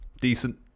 decent